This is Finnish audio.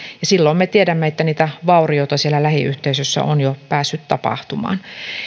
silloin me tiedämme että niitä vaurioita siellä lähiyhteisössä on jo päässyt tapahtumaan